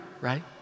right